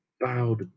bowed